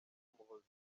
muhoozi